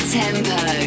tempo